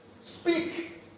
Speak